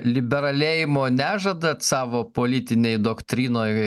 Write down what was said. liberalėjimo nežadat savo politinėj doktrinoj